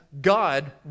God